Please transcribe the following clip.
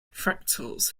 fractals